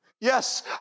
Yes